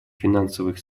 финансовых